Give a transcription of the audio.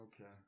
Okay